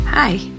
Hi